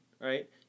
right